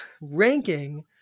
ranking